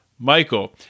Michael